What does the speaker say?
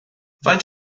faint